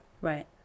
Right